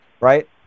right